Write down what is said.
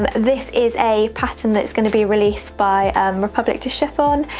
um this is a pattern that's gonna be released by republique du chiffon,